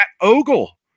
Ogle